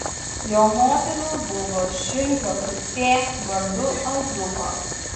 jo motina buvo šilhio duktė vardu azuba